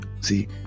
See